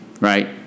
right